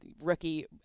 rookie